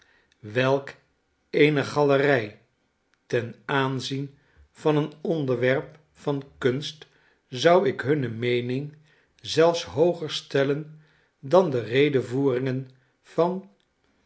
welk eene galerij ten aanzien van een onderwerp van kunst zou ik hunne meening zelfs hooger stellen dan de redevoeringen van